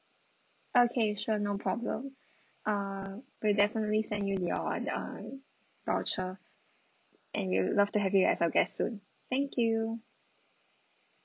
okay sure no problem uh we'll definitely send you your uh voucher and we'll love to have you as our guest soon thank you